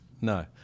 No